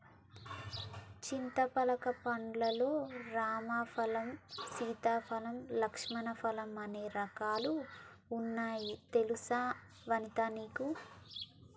చింతపలక పండ్లు లల్లో రామ ఫలం, సీతా ఫలం, లక్ష్మణ ఫలం అనే రకాలు వున్నాయి తెలుసా వనితా నీకు